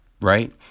right